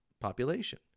population